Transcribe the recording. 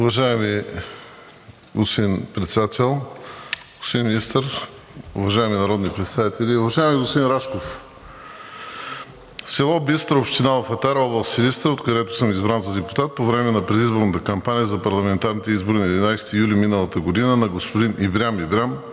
Уважаеми господин Председател, господин Министър, уважаеми народни представители! Уважаеми господин Рашков, в село Бистра, община Алфатар, област Силистра, откъдето съм избран за депутат, по време на предизборната кампания за парламентарните избори на 11 юли миналата година на господин Ибрям Ибрям